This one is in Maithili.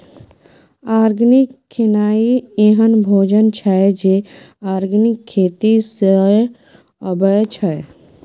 आर्गेनिक खेनाइ एहन भोजन छै जे आर्गेनिक खेती सँ अबै छै